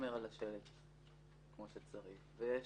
השלט כמו שצריך כך שיש